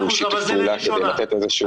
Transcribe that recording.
בשיתוף פעולה כדי לתת איזשהו אומדן.